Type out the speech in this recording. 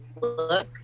look